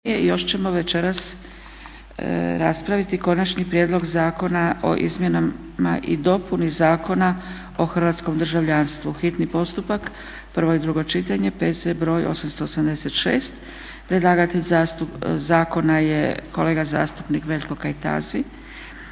Još ćemo večeras raspraviti - Konačni prijedlog zakona o izmjenama i dopuni Zakona o hrvatskom državljanstvu, hitni postupak, prvo i drugo čitanje, P.Z. br. 886; Predlagatelj zakona je kolega zastupnik Veljko Kajtazi.